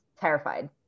Terrified